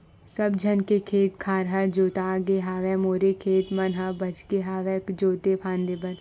सब झन के खेत खार ह जोतागे हवय मोरे खेत मन ह बचगे हवय जोते फांदे बर